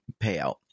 payout